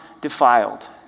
defiled